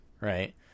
right